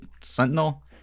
Sentinel